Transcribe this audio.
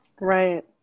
Right